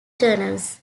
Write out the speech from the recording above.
journals